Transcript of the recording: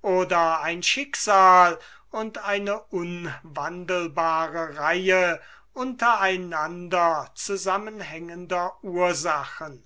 oder ein schicksal und eine unwandelbare reihe unter einander zusammenhängender ursachen